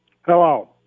Hello